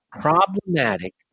problematic